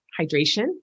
hydration